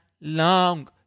long